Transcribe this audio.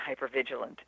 hypervigilant